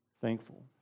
thankful